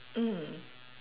mm